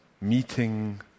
meeting